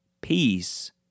peace